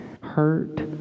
hurt